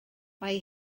mae